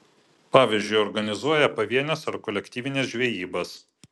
pavyzdžiui organizuoja pavienes ar kolektyvines žvejybas